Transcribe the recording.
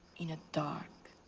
in a dark,